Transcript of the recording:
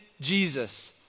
Jesus